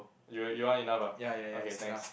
you you enough ah okay thanks